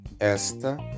Esta